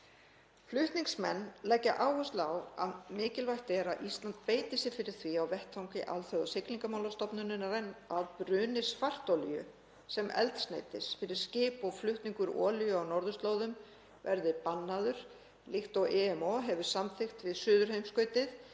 Flutningsmenn leggja áherslu á að mikilvægt er að Ísland beiti sér fyrir því á vettvangi Alþjóðasiglingamálastofnunarinnar, IMO, að bruni svartolíu sem eldsneytis fyrir skip og flutningur olíu á norðurslóðum verði bannaður líkt og IMO hefur samþykkt við suðurheimskautið,